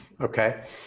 Okay